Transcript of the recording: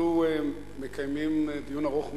אנחנו מקיימים דיון ארוך מאוד,